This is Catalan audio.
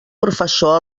professor